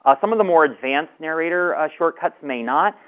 ah some of the more advanced narrator ah shortcuts may not,